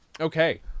Okay